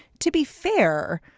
to be fair,